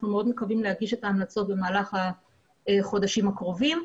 אנחנו מאוד מקווים להגיש את ההמלצות במהלך החודשים הקרובים.